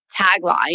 tagline